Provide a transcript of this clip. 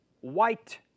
white